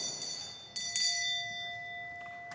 Tak